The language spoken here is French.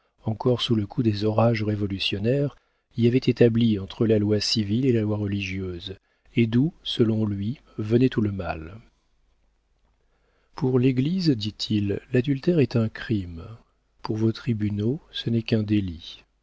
encore sous le coup des orages révolutionnaires y avaient établie entre la loi civile et la loi religieuse et d'où selon lui venait tout le mal pour l'église dit-il l'adultère est un crime pour vos tribunaux ce n'est qu'un délit